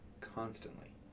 Constantly